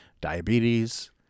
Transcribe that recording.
diabetes